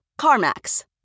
CarMax